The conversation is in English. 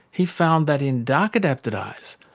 he found that, in dark-adapted eyes,